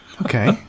Okay